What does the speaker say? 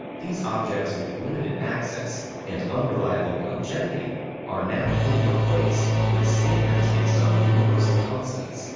these objects with limited access and unreliable longevity are now being replaced with standards based on universal constants,